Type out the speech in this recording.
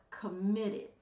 committed